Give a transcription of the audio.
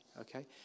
okay